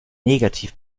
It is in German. negativ